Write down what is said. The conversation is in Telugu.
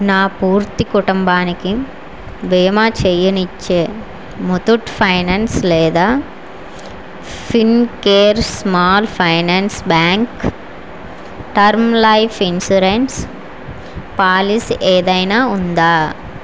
నా పూర్తి కుటుంబానికి బీమా చేయనిచ్చే ముతూట్ ఫైనాన్స్ లేదా Fincare small finance bank term life insurance policy ఏదైనా ఉందా